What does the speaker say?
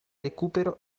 recupero